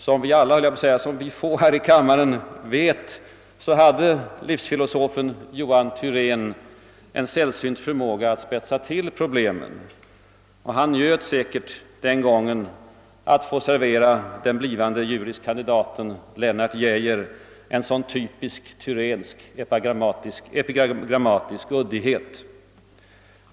Som vi alla — eller rättare sagt: som vi få — här i kammaren vet hade livsfilosofen Johan Thyrén en sällsynt förmåga att spetsa till problemen. Han njöt säkerligen den gången av att få servera den blivande juris kandidaten Lennart Geijer en så typiskt Thyrénsk epigrammatisk uddighet.